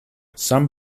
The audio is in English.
some